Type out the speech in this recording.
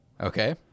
Okay